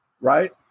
right